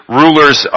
rulers